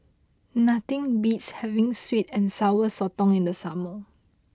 nothing beats having Sweet and Sour Sotong in the summer